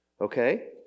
okay